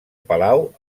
palau